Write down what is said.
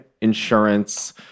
Insurance